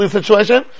situation